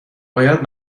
باید